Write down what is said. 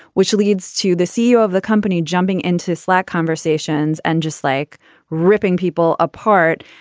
which leads to the ceo of the company jumping into slack conversations and just like ripping people apart.